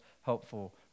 helpful